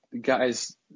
guys